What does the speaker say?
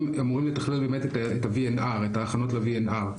הם אמורים לתכלל באמת את ה-VNR, את ההכנות ל-VNR.